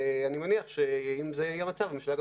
ואני מניח שאם זה יהיה המצב הממשלה גם